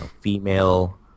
female